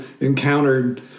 encountered